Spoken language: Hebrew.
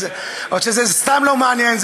או שזה סתם לא מעניין,